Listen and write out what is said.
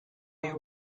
your